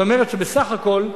זאת אומרת שבסך הכול,